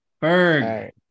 Berg